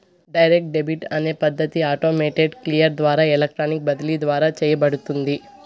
direct debit అనే పద్ధతి automated clear ద్వారా ఎలక్ట్రానిక్ బదిలీ ద్వారా చేయబడుతుంది